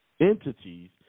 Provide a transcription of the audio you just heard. entities